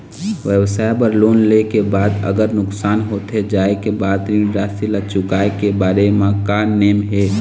व्यवसाय बर लोन ले के बाद अगर नुकसान होथे जाय के बाद ऋण राशि ला चुकाए के बारे म का नेम हे?